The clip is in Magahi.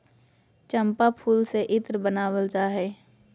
चम्पा फूल से इत्र बनावल जा हइ